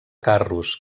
carros